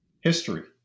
history